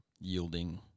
yielding